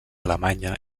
alemanya